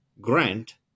Grant